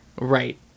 Right